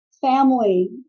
family